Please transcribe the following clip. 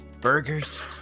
Burgers